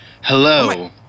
Hello